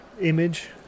image